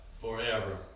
forever